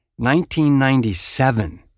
1997